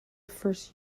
first